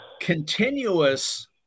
continuous